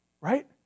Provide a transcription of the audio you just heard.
Right